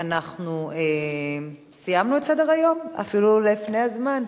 אנחנו סיימנו את סדר-היום אפילו לפני הזמן.